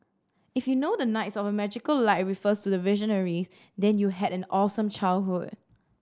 if you know the knights of a magical light refers to the Visionaries then you had an awesome childhood